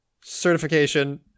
certification